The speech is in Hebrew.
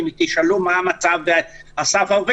אם תשאלו מה המצב באסף הרופא,